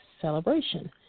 celebration